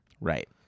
Right